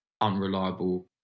unreliable